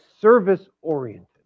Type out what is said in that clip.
service-oriented